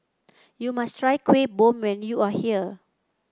you must try Kuih Bom when you are here